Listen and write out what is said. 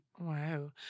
Wow